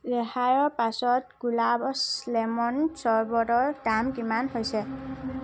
ৰেহাইৰ পাছত গুলাব্ছ লেমন চৰ্বতৰ দাম কিমান হৈছে